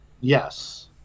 Yes